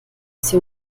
sie